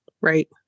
right